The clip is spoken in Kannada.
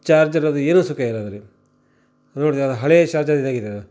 ಚಾರ್ಜರ್ ಅದು ಏನು ಸುಖ ಇಲ್ಲ ನನಗೆ ನೋಡಿದರೆ ಅದು ಹಳೆ ಚಾರ್ಜರ್ ಇದ್ದ ಹಾಗೆ ಇದೆ